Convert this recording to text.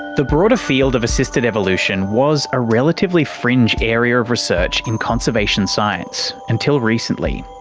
the broader field of assisted evolution was a relatively fringe area of research in conservation science, until recently,